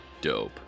Dope